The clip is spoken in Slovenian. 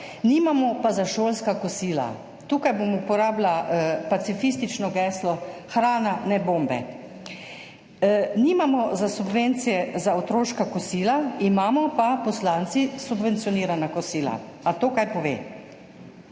nimamo pa za šolska kosila. Tukaj bom uporabila pacifistično geslo Hrana, ne bombe! Nimamo za subvencije za otroška kosila, imamo pa poslanci subvencionirana kosila. A to kaj pove?